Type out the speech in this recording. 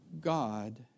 God